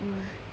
mm